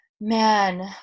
man